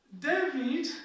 David